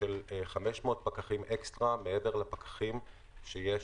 של 500 פקחים אקסטרה מעבר לפקחים שיש,